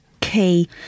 Key